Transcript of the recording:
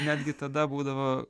netgi tada būdavo